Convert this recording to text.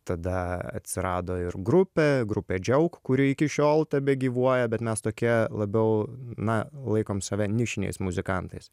tada atsirado ir grupė grupė džiauk kuri iki šiol tebegyvuoja bet mes tokie labiau na laikom save nišiniais muzikantais